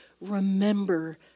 Remember